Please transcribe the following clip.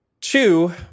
Two